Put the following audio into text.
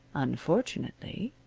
unfortunately,